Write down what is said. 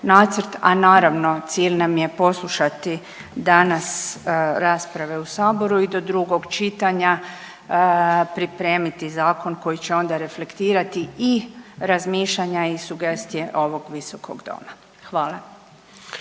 a naravno cilj nam je poslušati danas rasprave u saboru i do drugog čitanja pripremiti zakon koji će onda reflektirati i razmišljanja i sugestije ovog visokog doma, hvala.